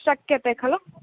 शक्यते खलु